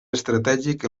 estratègic